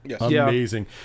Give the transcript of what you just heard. Amazing